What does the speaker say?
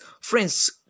Friends